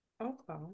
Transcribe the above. Okay